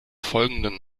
folgenden